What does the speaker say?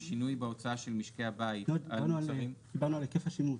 דיברנו על היקף השימוש.